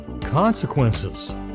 consequences